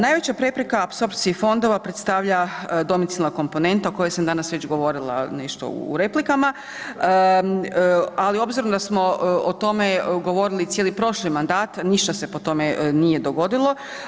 Najveća prepreka apsorpciji fondova predstavlja domicilna komponenta o kojoj sam već danas govorila nešto u replikama, ali obzirom da smo o tome govorili cijeli prošli mandat ništa se po tome nije dogodilo.